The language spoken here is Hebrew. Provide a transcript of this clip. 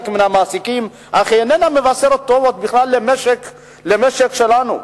אך היא אינה מבשרת טובות בכלל למשק שלנו.